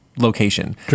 location